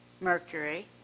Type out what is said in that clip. Mercury